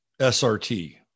SRT